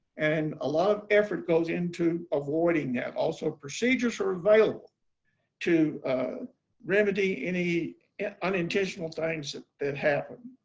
and a lot of effort goes into avoiding that. also, procedures are available to remedy any and unintentional things that happen.